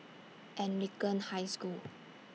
Anglican High School